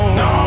no